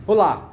Olá